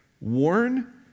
warn